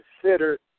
consider